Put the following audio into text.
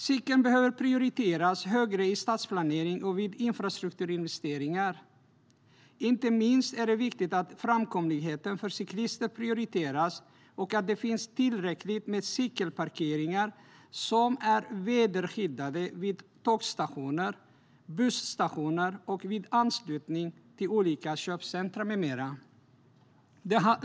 Cykeln behöver prioriteras högre i stadsplanering och vid infrastrukturinvesteringar. Inte minst är det viktigt att framkomligheten för cyklister prioriteras och att det finns tillräckligt med cykelparkeringar som är väderskyddade vid tågstationer, busstationer och i anslutning till olika köpcentrum med mera.